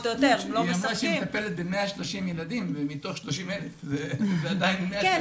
היא אמרה שהיא מטפלת ב-130 ילדים מתוך 30,000. כן,